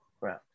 Right